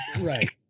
right